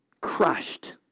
crushed